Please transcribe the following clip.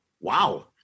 Wow